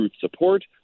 support